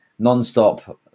nonstop